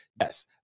Yes